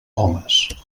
homes